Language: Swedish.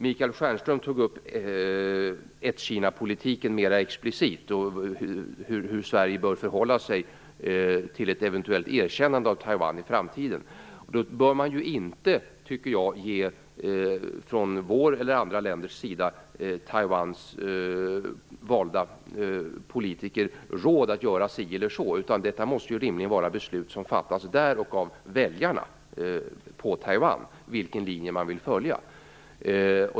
Michael Stjernström tog upp "ett-Kina-politiken" mera explicit, hur Sverige bör förhålla sig till ett eventuellt erkännande av Taiwan i framtiden. Då bör man inte, tycker jag, från vårt eller andra länders sida ge Taiwans valda politiker råd att göra si eller så, utan detta måste rimligen vara någonting där beslut fattas av väljarna i Taiwan vilken linje man vill följa.